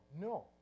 No